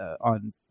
on